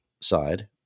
side